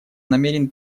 намерен